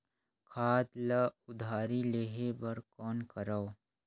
खाद ल उधारी लेहे बर कौन करव?